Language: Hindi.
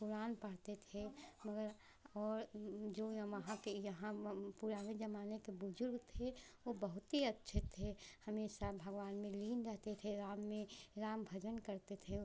क़ुरान पढ़ते थे मगर और जो वहाँ के यहाँ पुराने ज़माने के बुज़ुर्ग थे वे बहुत ही अच्छे थे हमेशा भगवान में लीन रहते थे राम में राम भजन करते थे